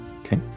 Okay